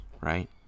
right